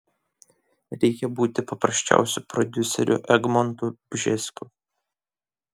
reikia būti paprasčiausiu prodiuseriu egmontu bžesku